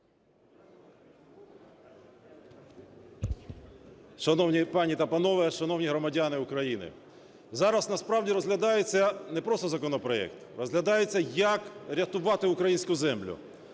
Шановні пані та панове! Шановні громадяни України! Зараз, насправді, розглядається не просто законопроект. Розглядається, як рятувати українську землю.